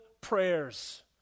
prayers